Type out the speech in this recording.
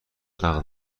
عقد